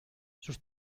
sus